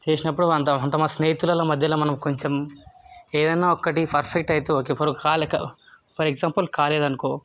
చేసినప్పుడు అంత అంత మ స్నేహితులలో మధ్యలో మనం కొంచం ఏదన్న ఒకటి ఫర్ఫెక్ట్ అయితే ఓకే ఫర్ కాలేక ఫర్ ఎగ్జాంపుల్ కాలేదు అనుకో